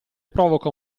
provoca